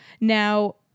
Now